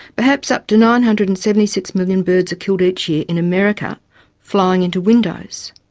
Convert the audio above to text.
perhaps up to nine hundred and seventy six million birds are killed each year in america flying into windows.